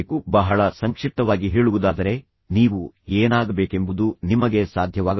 ಬಹಳ ಸಂಕ್ಷಿಪ್ತವಾಗಿ ಹೇಳುವುದಾದರೆ ನೀವು ಏನಾಗಬೇಕೆಂಬುದು ನಿಮಗೆ ಸಾಧ್ಯವಾಗಬೇಕು